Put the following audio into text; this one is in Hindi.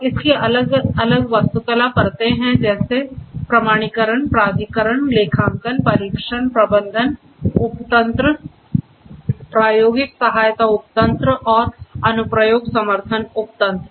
और इसकी अलग अलग वास्तुकला परतें हैं जैसे प्रमाणीकरण प्राधिकरण लेखांकन परीक्षण प्रबंधन उपतंत्र प्रायोगिक सहायता उपतंत्र और अनुप्रयोग समर्थन उपतंत्र